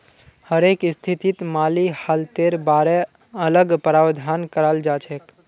हरेक स्थितित माली हालतेर बारे अलग प्रावधान कराल जाछेक